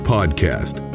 Podcast